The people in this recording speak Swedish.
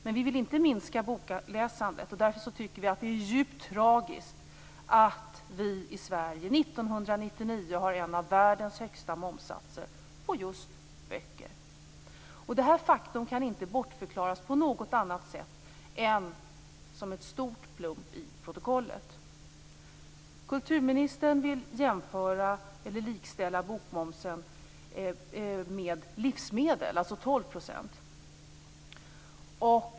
Men vi vill inte minska bokläsandet, och därför tycker vi att det är djupt tragiskt att vi i Sverige 1999 har en av världens högsta momssatser på just böcker. Detta faktum kan inte bortförklaras på något annat sätt än som en stor plump i protokollet. Kulturministern vill likställa bokmomsen med livsmedelsmomsen, alltså 12 %.